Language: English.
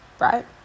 right